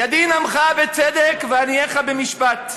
ידין עמך בצדק, וענייך במשפט.